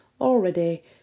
already